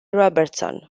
robertson